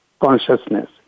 consciousness